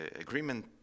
Agreement